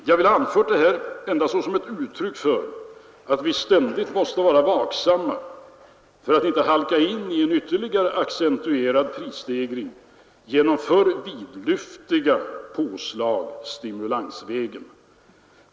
Jag har anfört detta endast såsom ett uttryck för att vi ständigt måste vara vaksamma så att vi inte halkar in i en ytterligare accentuerad prisstegring genom för vidlyftiga påslag stimulansvägen.